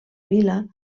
vila